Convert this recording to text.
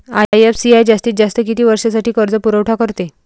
IFCI जास्तीत जास्त किती वर्षासाठी कर्जपुरवठा करते?